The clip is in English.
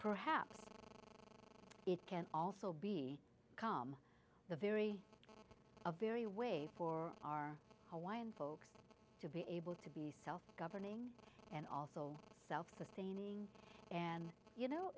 perhaps it can also be come the very a very way for our how and folks to be able to be self governing and also self sustaining and you know